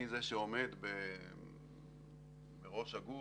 אני זה שעומד בראש הגוף